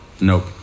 nope